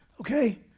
okay